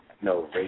no